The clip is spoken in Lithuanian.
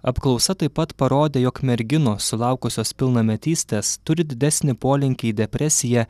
apklausa taip pat parodė jog merginos sulaukusios pilnametystės turi didesnį polinkį į depresiją